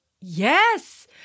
Yes